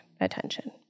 attention